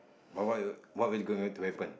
what what what is going to happen